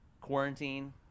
Quarantine